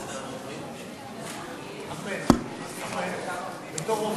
אחמד, בתור רופא,